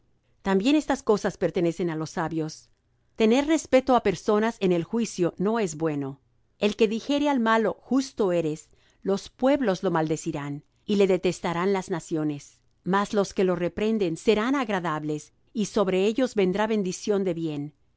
también estas cosas pertenecen á los sabios tener respeto á personas en el juicio no es bueno el que dijere al malo justo eres los pueblos lo maldecirán y le detestarán las naciones mas los que lo reprenden serán agradables y sobre ellos vendrá bendición de bien